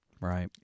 Right